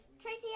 Tracy